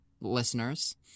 listeners